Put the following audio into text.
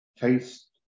taste